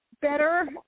better